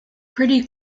pretty